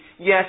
Yes